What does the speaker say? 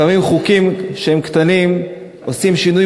לפעמים חוקים שהם קטנים עושים שינוי